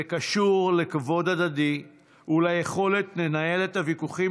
זה קשור לכבוד הדדי וליכולת לנהל את הוויכוחים